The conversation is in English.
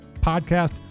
podcast